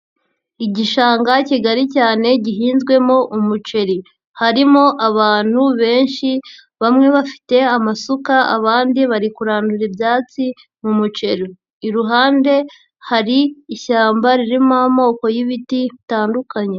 Igishanga kigari cyane gihinzwemo umuceri harimo abantu benshi bamwe bafite amasuka abandi bari kurandura ibyatsi mu muceri, iruhande hari ishyamba ririmo amoko y'ibiti bitandukanye.